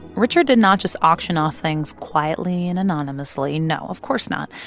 richard did not just auction off things quietly and anonymously. no, of course not.